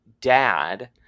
dad